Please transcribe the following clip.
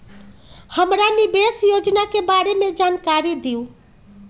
हमरा निवेस योजना के बारे में जानकारी दीउ?